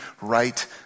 right